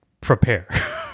prepare